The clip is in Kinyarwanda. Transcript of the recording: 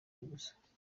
gusa